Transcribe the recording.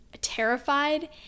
terrified